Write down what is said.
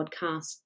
podcast